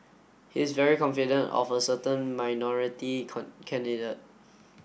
he's very confident of a certain minority candidate